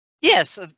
Yes